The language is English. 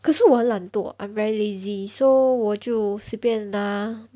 可是我很懒惰 I'm very lazy so 我就随便 lah